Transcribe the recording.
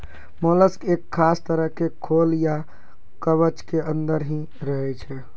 mollusc एक खास तरह के खोल या कवच के अंदर हीं रहै छै